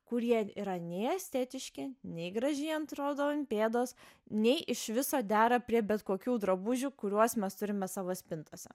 kurie yra nei estetiški nei gražiai atrodo ant pėdos nei iš viso dera prie bet kokių drabužių kuriuos mes turime savo spintose